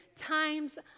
times